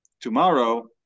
tomorrow